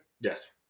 Yes